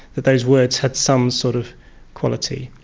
that those words had some sort of quality.